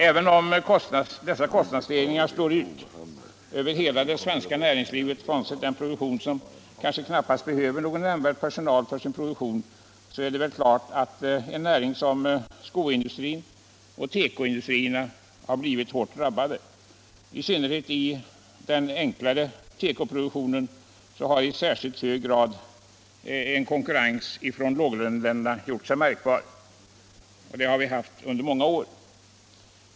Även om dessa kostnadsstegringar slår ut över hela det svenska näringslivet, frånsett den produktion som inte behöver någon nämnvärd personal, så är det uppenbart att näringar som skoindustrin och tekoindustrin har blivit hårt drabbade. I synnerhet inom den enklare tekoproduktionen har i särskilt hög grad en konkurrens från låglöneländerna gjort sig märkbar. Och den har vi haft under många år.